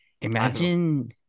imagine